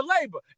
labor